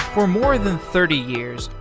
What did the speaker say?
for more than thirty years,